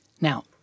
Now